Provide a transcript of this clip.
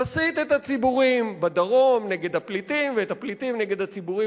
תסית את הציבורים בדרום נגד הפליטים ואת הפליטים נגד הציבורים